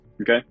Okay